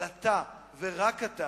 אתה ורק אתה